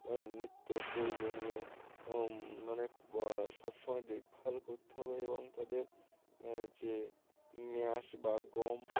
নিত্য প্রয়োজনীয় মানে সব সময় দেখভাল করতে হবে এবং তাদের যে ম্যাশ বা গম